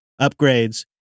upgrades